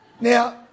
Now